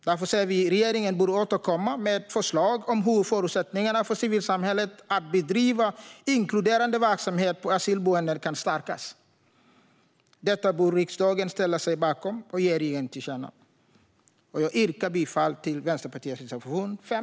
Därför säger vi att regeringen bör återkomma med förslag om hur förutsättningarna för civilsamhället att bedriva inkluderande verksamhet på asylboenden kan stärkas. Detta bör riksdagen ställa sig bakom och ge regeringen till känna. Jag yrkar bifall till Vänsterpartiets reservation 5.